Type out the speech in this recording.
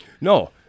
No